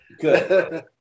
Good